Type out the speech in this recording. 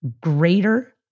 greater